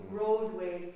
roadway